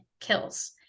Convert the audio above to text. kills